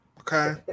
Okay